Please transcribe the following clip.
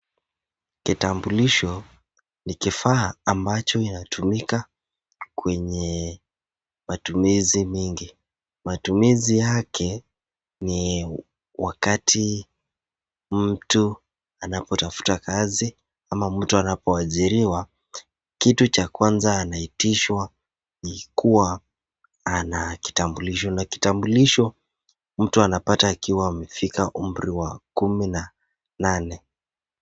Kitambulisho ni kifaa ambacho kinatumika kwenye matumizi mingi. Matumizi yake ni wakati mtu anapotafuta kazi ama mtu anapoajiriwa, kitu cha kwanza anaitishwa ni kuwa ana kitambulisho. Na kitambulisho mtu anapata akiwa amefika umri wa kumi na nane.